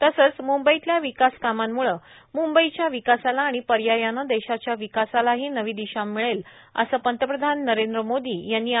म्ंबईतल्या विकास कामांमुळे म्ंबईच्या विकासाला आणि पर्यायानं देशाच्या विकासालाही नवी दिशा मिळेलए असं पंतप्रधान नरेंद्र मोदी यांनी म्हटलं आहे